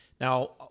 Now